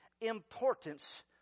importance